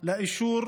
לאישור